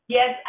Yes